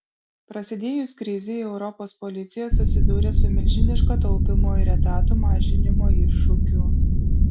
prasidėjus krizei europos policija susidūrė su milžiniško taupymo ir etatų mažinimo iššūkiu